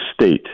state